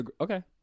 Okay